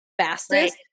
fastest